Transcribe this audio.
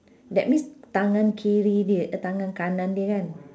that means tangan kiri dia tangan kanan dia kan